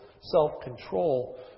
self-control